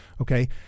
Okay